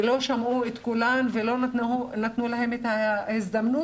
לא שמעו את קולן ולא נתנו להן את ההזדמנות